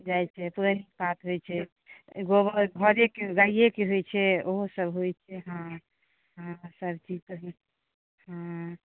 जाइत छै होइत छै गोबर घरेकेँ गायेकेँ होइत छै ओहो सब होइत छै हँ हँ सबचीज तऽ होयते छै हँ